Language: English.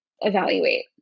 evaluate